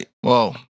Whoa